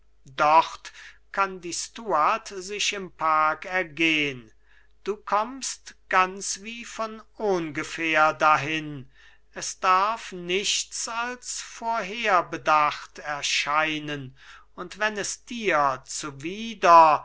dort kann die stuart sich im park ergehn du kommst ganz wie von ohngefähr dahin es darf nichts als vorherbedacht erscheinen und wenn es dir zuwider